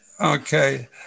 Okay